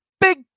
Big